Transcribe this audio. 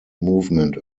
movement